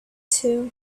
too